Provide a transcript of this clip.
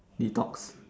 detox